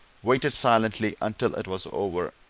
waited silently until it was over,